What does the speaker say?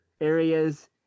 areas